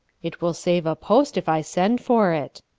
it will save a post if i send for it.